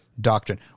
doctrine